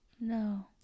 No